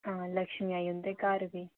आं लक्ष्मी आई उं'दे घर बी